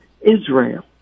Israel